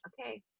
Okay